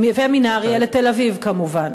לנהריה, ומנהריה לתל-אביב, כמובן.